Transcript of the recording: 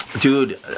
Dude